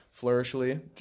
flourishly